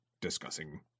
discussing